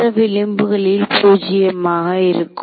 மற்ற விளிம்புகளில் பூஜ்யமாக இருக்கும்